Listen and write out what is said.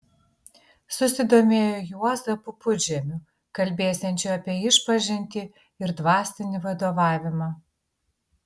susidomėjo juozapu pudžemiu kalbėsiančiu apie išpažintį ir dvasinį vadovavimą